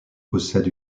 possède